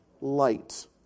Light